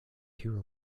hero